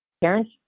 parents